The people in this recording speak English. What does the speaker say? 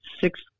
six